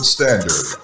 Standard